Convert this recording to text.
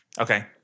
Okay